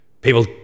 people